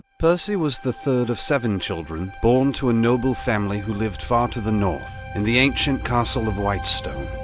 percy was the third of seven children, born to a noble family who lived far to the north in the ancient castle of whitestone.